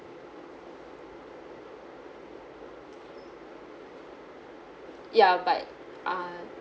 ya but err